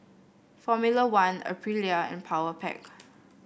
Formula One Aprilia and Powerpac